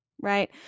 Right